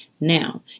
Now